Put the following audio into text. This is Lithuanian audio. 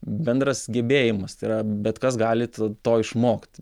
bendras gebėjimas tai yra bet kas galit to išmokti